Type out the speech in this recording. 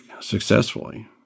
successfully